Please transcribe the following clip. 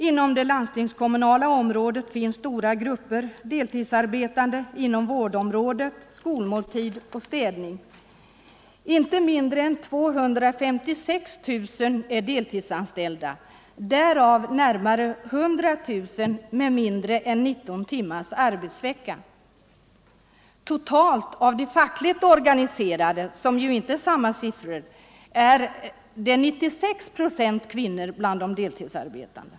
Inom det landstingskommunala området finns stora grupper deltidsarbetande — i vårdyrken, skolmåltidsarbete och städning inte mindre än 256 000 deltidsanställda, varav närmare 100 000 med mindre än 19 timmars arbetsvecka. Totalt av de fackligt organiserade, som ju inte är samma siffror, är det 96 procent kvinnor bland de deltidsarbetande.